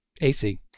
AC